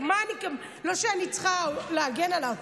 לא שאני צריכה להגן עליו,